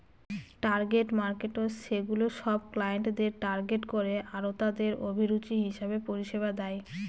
target markets সেগুলা সব ক্লায়েন্টদের টার্গেট করে আরতাদের অভিরুচি হিসেবে পরিষেবা দেয়